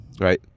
Right